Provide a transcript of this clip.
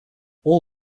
all